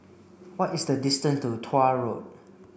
what is the distance to Tuah Road